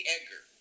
Edgar